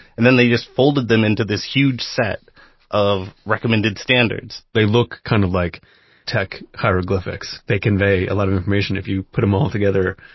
and then they just folded them into this huge set of recommended standards they look kind of like tech hieroglyphics. they convey a lot of information. if you put them all together,